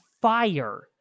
fire